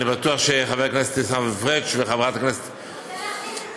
אני בטוח שחבר הכנסת עיסאווי פריג' וחברת הכנסת -- הוא רוצה להכניס